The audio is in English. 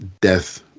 death